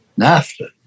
NAFTA